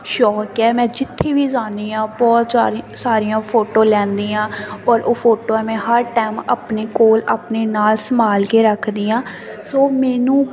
ਸ਼ੌਕ ਐ ਮੈਂ ਜਿੱਥੇ ਵੀ ਜਾਂਦੀ ਹਾਂ ਬਹੁਤ ਚਾਰੀ ਸਾਰੀਆਂ ਫੋਟੋ ਲੈਂਦੀ ਹਾਂ ਔਰ ਉਹ ਫੋਟੋਆਂ ਮੈਂ ਹਰ ਟਾਈਮ ਆਪਣੇ ਕੋਲ ਆਪਣੇ ਨਾਲ ਸੰਭਾਲ ਕੇ ਰੱਖਦੀ ਹਾਂ ਸੋ ਮੈਨੂੰ